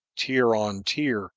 tier on tier